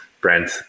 Brent